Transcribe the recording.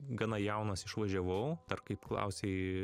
gana jaunas išvažiavau dar kaip klausei